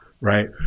Right